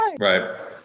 Right